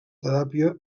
teràpia